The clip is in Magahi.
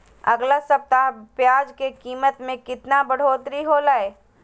अगला सप्ताह प्याज के कीमत में कितना बढ़ोतरी होलाय?